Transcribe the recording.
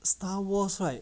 star wars right